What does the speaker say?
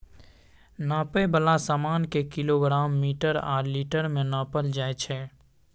नापै बला समान केँ किलोग्राम, मीटर आ लीटर मे नापल जाइ छै